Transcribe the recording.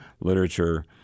literature